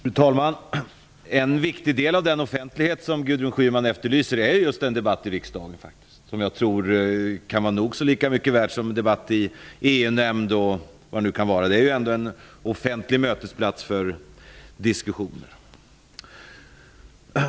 Fru talman! En viktig del av den offentlighet som Gudrun Schyman efterlyser är just en debatt i riksdagen. Jag tror att det kan vara väl så mycket värt som en debatt i EU-nämnd och andra fora. Kammaren är ändå en offentlig mötesplats för diskussion. Fru talman!